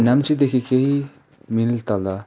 नाम्चीदेखि केही मिल तल